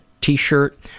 t-shirt